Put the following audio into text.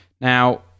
Now